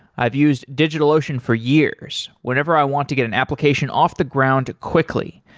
i've used digitalocean for years, whenever i want to get an application off the ground quickly.